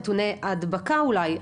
נתוני ההדבקה אולי,